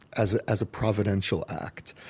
as as a providential act.